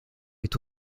est